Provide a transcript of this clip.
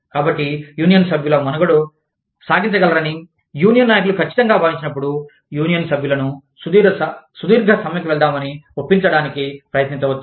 కాబట్టి యూనియన్ సభ్యులు మనుగడ సాగించగలరని యూనియన్ నాయకులు ఖచ్చితంగా భావించినపుడు యూనియన్ సభ్యులను సుదీర్ఘ సమ్మెకు వెళ్దామని ఒప్పించటానికి ప్రయత్నించవచ్చు